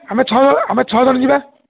ଆମେ ଛଅ ଜଣ ଆମେ ଛଅ ଜଣ ଯିବା